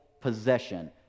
possession